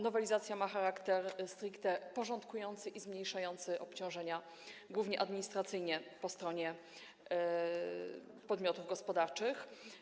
Nowelizacja ma charakter stricte porządkujący i zmniejszający obciążenia, głównie administracyjne, po stronie podmiotów gospodarczych.